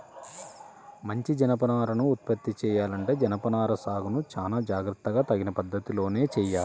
మంచి జనపనారను ఉత్పత్తి చెయ్యాలంటే జనపనార సాగును చానా జాగర్తగా తగిన పద్ధతిలోనే చెయ్యాలి